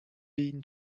been